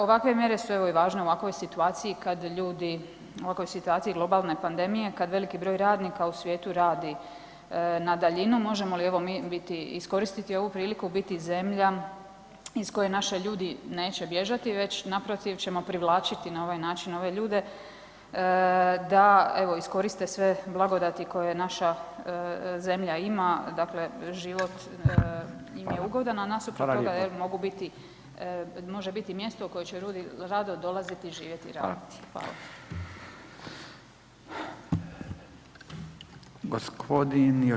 Ovakve mjere su evo i važne u ovakvoj situaciji kad ljudi, u ovakvoj situaciji globalne pandemije kad veliki broj radnika u svijetu radi na daljinu, možemo li evo mi biti, iskoristiti ovu priliku, biti zemlja iz koje naši ljudi neće bježati već naprotiv ćemo privlačiti na ovaj način ove ljude da evo iskoriste sve blagodati koje naša zemlja ima, dakle život im je ugodan [[Upadica: Hvala lijepa.]] a nasuprot toga mogu biti, može biti mjesto u koje će ljudi dolaziti živjeti i raditi.